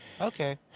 Okay